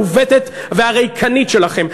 ניסינו את הנוסחה המעוּותת והריקנית שלכם.